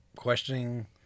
questioning